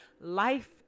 life